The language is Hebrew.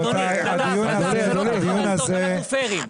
אנחנו פיירים.